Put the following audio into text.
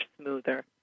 smoother